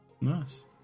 Nice